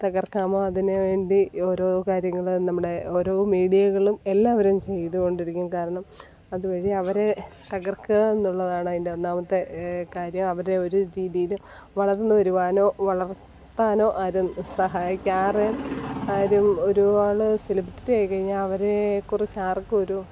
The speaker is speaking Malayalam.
തകർക്കമോ അതിന് വേണ്ടി ഓരോ കാര്യങ്ങൾ നമ്മുടെ ഓരോ മീഡിയകളും എല്ലാവരും ചെയ്തു കൊണ്ടിരിക്കും കാരണം അതുവഴി അവരെ തകർക്കുക എന്നുള്ളതാണ് അതിൻറ്റെ ഒന്നാമത്തെ കാര്യം അവരെ ഒരു രീതിയിലും വളർന്ന് വരുവാനോ വളർത്താനോ ആരും സഹായിക്കാറ് ആരും ഒരുപാട് സെലിബ്രിറ്റി ആയിക്കഴിഞ്ഞാൽ അവരെ കുറിച്ച് ആർക്കുമൊരു